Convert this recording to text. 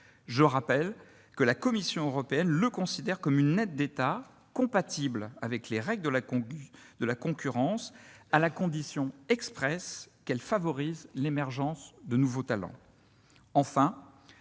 Je rappelle que la Commission européenne considère le crédit d'impôt comme une aide d'État compatible avec les règles de la concurrence à la condition expresse qu'il favorise l'émergence de nouveaux talents.